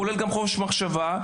כולל גם חופש מחשבה,